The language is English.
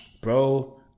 bro